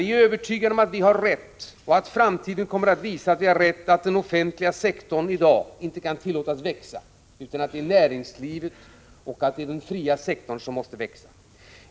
Vi är övertygade om att vi har rätt, vi är övertygade om att framtiden kommer att visa att vi har rätt i att den offentliga sektorn i dag inte kan tillåtas växa, utan att det är näringslivet och den fria sektorn som måste växa.